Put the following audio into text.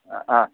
ಹಾಂ